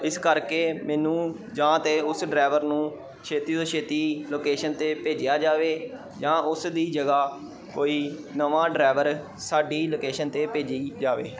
ਇਸ ਕਰਕੇ ਮੈਨੂੰ ਜਾਂ ਤਾਂ ਉਸ ਡਰਾਈਵਰ ਨੂੰ ਛੇਤੀ ਤੋਂ ਛੇਤੀ ਲੋਕੇਸ਼ਨ 'ਤੇ ਭੇਜਿਆ ਜਾਵੇ ਜਾਂ ਉਸ ਦੀ ਜਗ੍ਹਾ ਕੋਈ ਨਵਾਂ ਡਰਾਈਵਰ ਸਾਡੀ ਲੋਕੇਸ਼ਨ 'ਤੇ ਭੇਜੀ ਜਾਵੇ